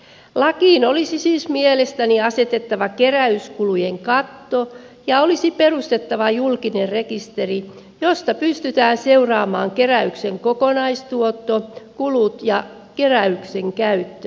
lakiin olisi siis mielestäni asetettava keräyskulujen katto ja olisi perustettava julkinen rekisteri josta pystytään seuraamaan keräyksen kokonaistuotto kulut ja keräyksen käyttö